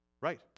Right